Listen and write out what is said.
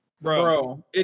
bro